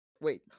Wait